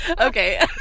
okay